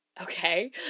okay